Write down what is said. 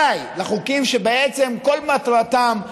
די לחוקים שבעצם כל מטרתם,